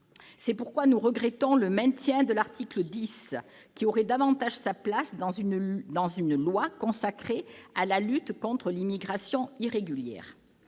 C'est pourquoi nous regrettons le maintien de l'article 10, qui aurait davantage sa place dans une loi consacrée à la lutte contre l'immigration irrégulière.